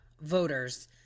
voters